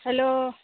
hello